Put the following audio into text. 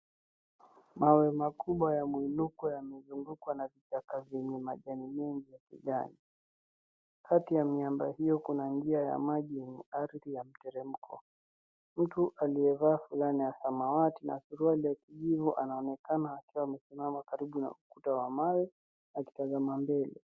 Mawe makubwa ya mwinuko yamezungukwa na vichaka vyenye majani mengi ya kijani. Kati ya miamba hiyo kuna njia ya maji yenye ardhi ya mteremko. Mtu aliyevaa fulana ya samawati na suruali ya kijivu anaonekana akiwa amesimama karibu na ukuta wa mawe na akitazama mbele.